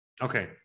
Okay